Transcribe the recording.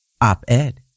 Op-Ed